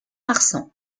marsan